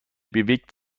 bewegt